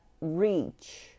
reach